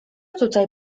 tutaj